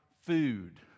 food